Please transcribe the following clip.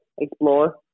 explore